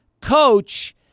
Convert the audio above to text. coach